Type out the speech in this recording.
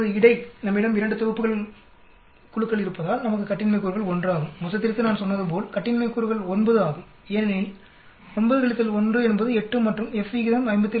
இப்போது இடை நம்மிடம் 2 தொகுப்பு குழுக்கள் இருப்பதால் நமக்கு கட்டின்மை கூறுகள் 1 ஆகும் மொத்தத்திற்கு நான் சொன்னதுபோல் கட்டின்மை கூறுகள் 9 ஆகும் ஏனெனில் 9 1 என்பது 8 மற்றும் F விகிதம் 57